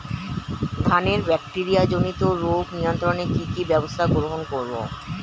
ধানের ব্যাকটেরিয়া জনিত রোগ নিয়ন্ত্রণে কি কি ব্যবস্থা গ্রহণ করব?